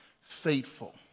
faithful